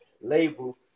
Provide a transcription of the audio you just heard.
label